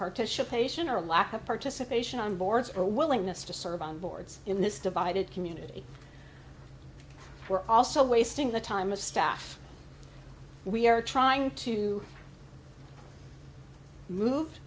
participation or lack of participation on boards or willingness to serve on boards in this divided community we're also wasting the time of staff we are trying to move